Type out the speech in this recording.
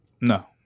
No